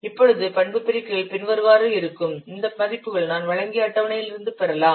இப்பொழுது பண்பு பெருக்கிகள் பின்வருமாறு இருக்கும் இந்த மதிப்புகள் நான் வழங்கிய அட்டவணையில் இருந்து பெறலாம்